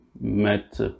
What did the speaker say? met